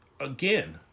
again